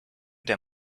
der